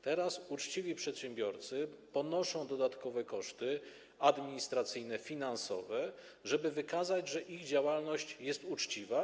Teraz uczciwi przedsiębiorcy ponoszą dodatkowe koszty administracyjne, finansowe, żeby wykazać, że ich działalność jest uczciwa.